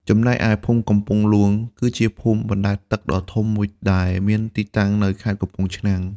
ចំណែកឯភូមិកំពង់លួង គឺជាភូមិបណ្តែតទឹកដ៏ធំមួយដែលមានទីតាំងនៅខេត្តកំពង់ឆ្នាំង។